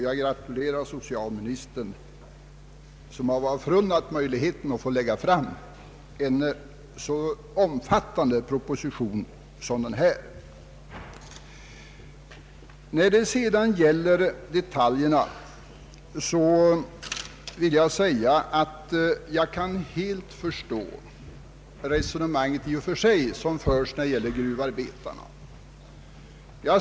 Jag gratulerar socialministern, som har varit förunnad möjligheten att lägga fram en så omfattande proposition som denna. När det sedan gäller detaljerna vill jag framhålla, att jag helt kan förstå det resonemang som förs om gruvarbetarna.